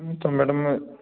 ਅਤੇ ਮੈਡਮ